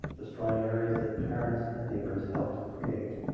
destroying areas that parents and neighbors helped create.